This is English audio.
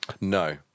No